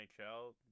NHL